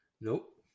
Nope